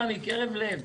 מקרב לב.